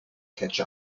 catch